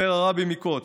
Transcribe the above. אומר הרבי מקוצק.